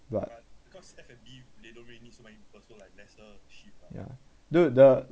but yeah